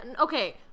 okay